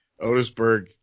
otisburg